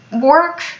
work